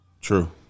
True